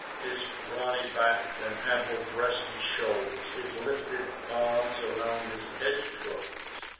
his brawny back and ample breast he shows, his lifted arms around his head he throws,